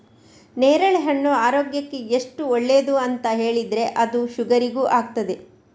ನೇರಳೆಹಣ್ಣು ಆರೋಗ್ಯಕ್ಕೆ ಎಷ್ಟು ಒಳ್ಳೇದು ಅಂತ ಹೇಳಿದ್ರೆ ಅದು ಶುಗರಿಗೂ ಆಗ್ತದೆ